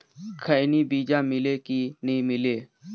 खैनी बिजा मिले कि नी मिले?